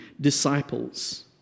disciples